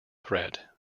threat